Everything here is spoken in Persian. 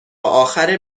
آخر